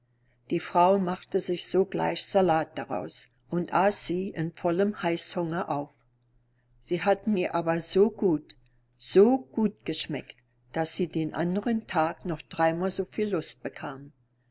die frau machte sich sogleich salat daraus und aß sie in vollem heißhunger auf sie hatten ihr aber so gut so gut geschmeckt daß sie den andern tag noch dreimal soviel lust bekam